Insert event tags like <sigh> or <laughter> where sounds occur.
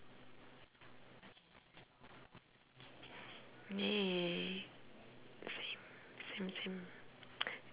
neh same same same <noise>